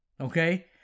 Okay